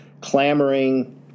clamoring